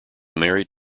married